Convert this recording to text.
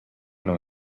non